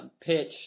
pitch